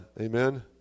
amen